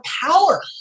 power